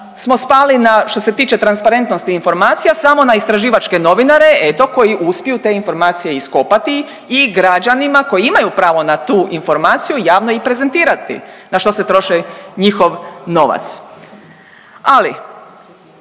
smo spali na, što se tiče transparentnosti informacija, samo na istraživačke novinare eto, koji uspiju te informacije iskopati i građanima koji imaju pravo na tu informaciju, javno i prezentirati na što se troši njihov novac. Ali,